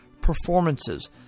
performances